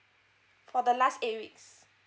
for the last eight weeks